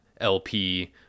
lp